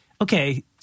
Okay